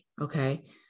okay